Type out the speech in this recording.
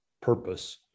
purpose